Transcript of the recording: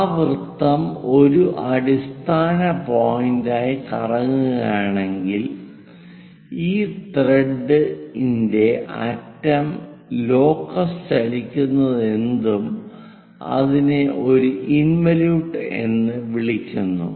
ആ വൃത്തം ഒരു അടിസ്ഥാന പോയിന്റായി കറങ്ങുകയാണെങ്കിൽ ഈ ത്രെഡ് ഇന്റെ അറ്റം ലോക്കസ് ചലിക്കുന്നതെന്തും അതിനെ ഒരു ഇൻവലിയൂട്ട് എന്ന് വിളിക്കുന്നു